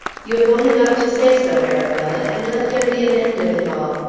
you have only got to say so arabella, and let there be an end of it all.